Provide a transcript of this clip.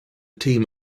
team